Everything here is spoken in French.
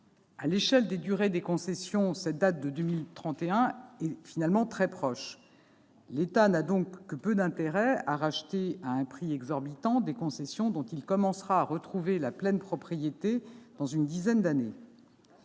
À l'échelle des durées des concessions, cette date est très proche. L'État n'a donc que peu d'intérêt à racheter à un prix exorbitant des concessions dont il commencera à retrouver la pleine propriété dans une dizaine d'années.